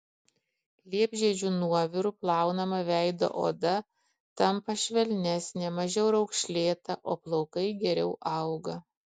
liepžiedžių nuoviru plaunama veido oda tampa švelnesnė mažiau raukšlėta o plaukai geriau auga